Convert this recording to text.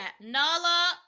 nala